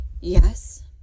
Yes